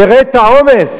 תראה את העומס,